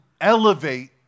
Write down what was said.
elevate